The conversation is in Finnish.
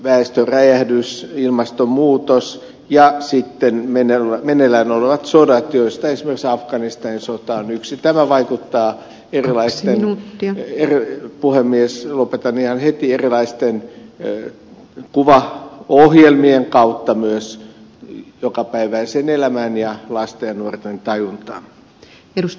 väestöräjähdys ilmastonmuutos ja meneillään olevat sodat joista esimerkiksi afganistanin sota on yksi nämä vaikuttavat puhemies lopetan ihan heti erilaisten kuvaohjelmien kautta myös jokapäiväiseen elämään ja lasten ja nuorten tajuntaan